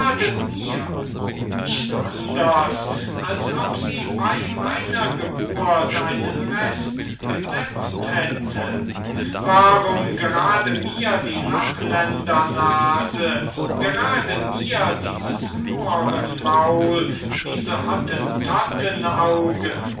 nicht anders als ob sie bei meiner geburt einen rest gesetzt hätte warum gerade mir die lappländersnase gerade mir dieses mohrenmaul diese hottentottenaugen